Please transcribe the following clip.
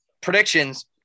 predictions